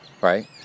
right